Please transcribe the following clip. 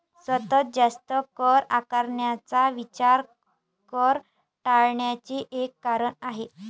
सतत जास्त कर आकारण्याचा विचार कर टाळण्याचे एक कारण आहे